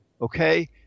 Okay